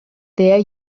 there